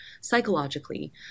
psychologically